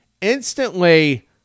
instantly